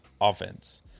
offense